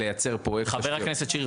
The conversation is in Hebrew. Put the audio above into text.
חבר הכנסת שירי,